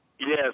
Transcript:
Yes